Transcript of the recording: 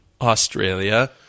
Australia